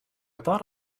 thought